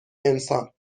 انسان